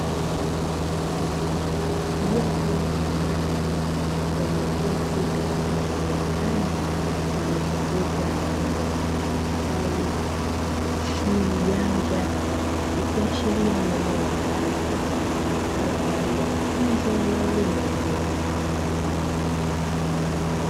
Jopo la watu walioketi katika eneo la ndani lililozungukwa na meza zenye madaftari simu janja ikiashiria ni eneo la darasa litumikalo kwa ajili ya mafunzo ya elimu ya juu.